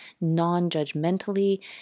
non-judgmentally